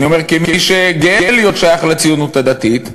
אני אומר כמי שגאה להיות שייך לציונות הדתית,